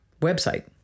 website